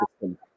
system